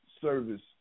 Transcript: service